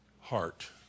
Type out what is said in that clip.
heart